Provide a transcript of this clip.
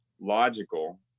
logical